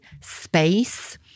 space